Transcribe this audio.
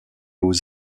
aux